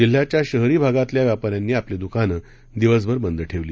जिल्ह्याच्या शहरी भागातल्या व्यापाऱ्यांनी आपली दुकानं दिवसभर बंद ठेवली